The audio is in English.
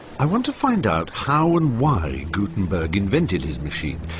i want to find out how and why gutenberg invented his machine.